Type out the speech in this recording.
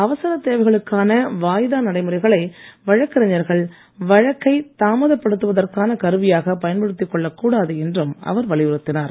அவசரத் தேவைகளுக்கான வாய்தா நடைமுறைகளை வழக்கறிஞர்கள் வழக்கை தாமதப்படுத்துவதற்கான கருவியாக பயன்படுத்திக் கொள்ளக் கூடாது என்றும் அவர் வலியுறுத்தினார்